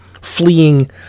fleeing